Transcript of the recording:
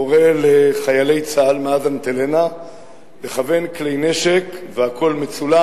מורה לחיילי צה"ל לכוון כלי-נשק, והכול מצולם.